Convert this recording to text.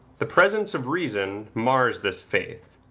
the presence of reason mars this faith.